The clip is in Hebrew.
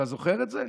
אתה זוכר את זה?